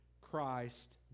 Christ